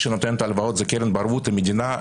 שנותן את ההלוואות זה קרן בערבות המדינה,